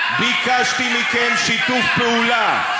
ביקשתי מכם שיתוף פעולה.